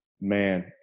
man